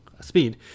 speed